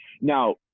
now